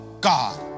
God